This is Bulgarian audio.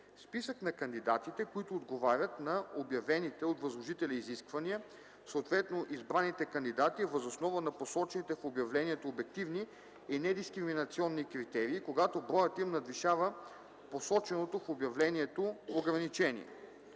списък на кандидатите, които отговарят на обявените от възложителя изисквания, съответно избраните кандидати въз основа на посочените в обявлението обективни и недискриминационни критерии - когато броят им надвишава посоченото в обявлението ограничение;